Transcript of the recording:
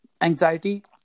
anxiety